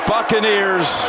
Buccaneers